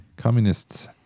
Communists